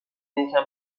یکم